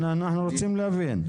אנחנו רוצים להבין.